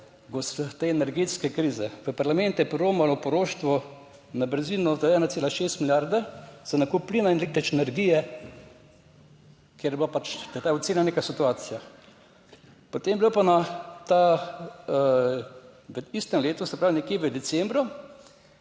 te energetske krize. V parlament je priromalo poroštvo na brzino 1,6 milijarde za nakup plina, električne energije, ker je bila pač ocenjena neka situacija. Potem je bilo pa v istem letu, se pravi nekje v decembru